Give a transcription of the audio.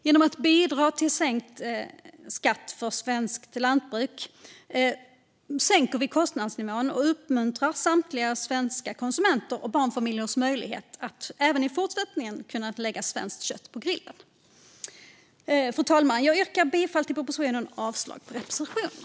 Genom att bidra till sänkt skatt för svenskt lantbruk sänker vi kostnadsnivån och uppmuntrar samtidigt svenska konsumenters och barnfamiljers möjlighet att även i fortsättningen kunna lägga svenskt kött på grillen. Fru talman! Jag yrkar bifall till propositionen och avslag på reservationerna.